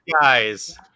guys